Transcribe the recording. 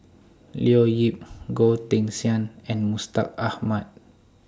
Leo Yip Goh Teck Sian and Mustaq Ahmad